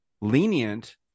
lenient